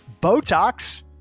botox